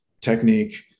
technique